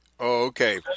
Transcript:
Okay